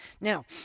Now